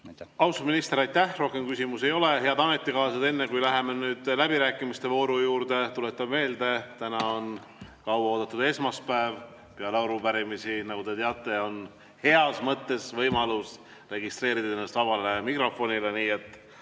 minister, aitäh! Rohkem küsimusi ei ole. Head ametikaaslased, enne kui läheme läbirääkimiste vooru juurde, tuletan meelde, et täna on kaua oodatud esmaspäev, peale arupärimisi, nagu te teate, on heas mõttes võimalus registreerida ennast esinemiseks